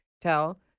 tell